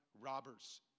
robbers